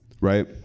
right